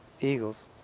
Eagles